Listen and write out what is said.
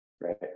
right